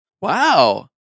Wow